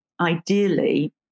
ideally